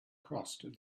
crossed